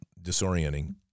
disorienting